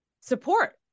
support